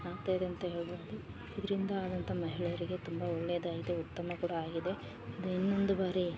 ಆಗ್ತಾಯಿದೆ ಅಂತ ಹೇಳ್ಬೋದು ಇದರಿಂದ ಆದಂಥ ಮಹಿಳೆಯರಿಗೆ ತುಂಬ ಒಳ್ಳೇದಾಗಿದೆ ಉತ್ತಮ ಕೂಡ ಆಗಿದೆ ಅದೇ ಇನ್ನೊಂದು ಬಾರಿ